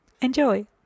Enjoy